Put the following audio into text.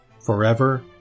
forever